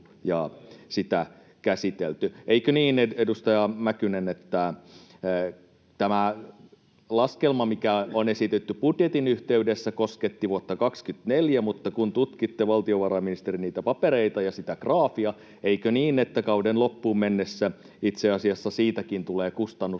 ja sitä käsitelty. Eikö niin, edustaja Mäkynen, että tämä laskelma, mikä on esitetty budjetin yhteydessä, kosketti vuotta 24, mutta kun tutkitte valtiovarainministeriön papereita ja sitä graafia, eikö niin, että kauden loppuun mennessä itse asiassa siitäkin tulee kustannusneutraali,